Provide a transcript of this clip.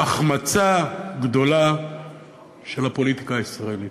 החמצה גדולה של הפוליטיקה הישראלית,